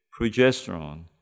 progesterone